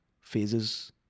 phases